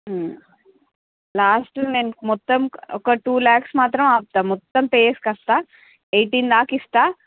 last నేను మొత్తం ఒక టూ లాక్స్ మాత్రం ఆపుతా మొత్తం పే చేసేస్తా ఎయిటీన్ దాకా ఇస్తా